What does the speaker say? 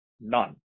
None